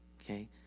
okay